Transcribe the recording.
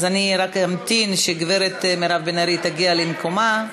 אז אני רק אמתין שגברת מירב בן ארי תגיע למקומה.